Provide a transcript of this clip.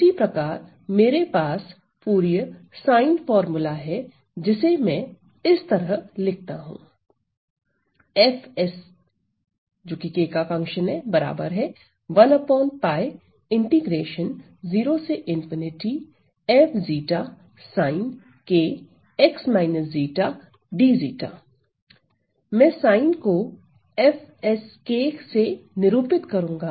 उसी प्रकार मेरे पास फूरिये साइन फार्मूला है जिसे मैं इस तरह लिखता हूं मैं साइन को Fs से निरूपित करूंगा